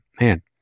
man